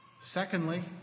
Secondly